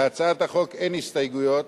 להצעת החוק אין הסתייגויות.